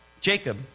Jacob